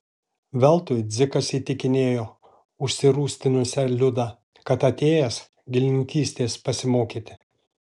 veltui dzikas įtikinėjo užsirūstinusią liudą kad atėjęs gėlininkystės pasimokyti